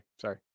Sorry